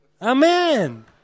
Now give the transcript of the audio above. Amen